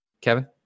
Kevin